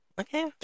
Okay